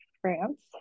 France